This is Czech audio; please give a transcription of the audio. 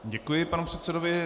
Děkuji panu předsedovi.